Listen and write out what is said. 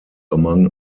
among